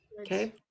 Okay